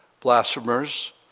blasphemers